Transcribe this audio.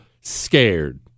scared